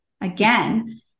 again